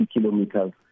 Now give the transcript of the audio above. kilometers